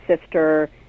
sister